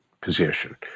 position